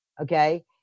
okay